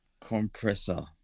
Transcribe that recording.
Compressor